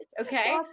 okay